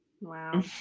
Wow